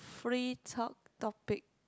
free talk topic